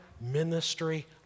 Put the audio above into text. ministry